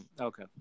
Okay